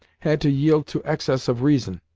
had to yield to excess of reason.